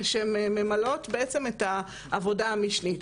הן ממלאות בעצם את העבודה המשנית.